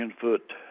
foot